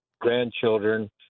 grandchildren